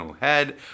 head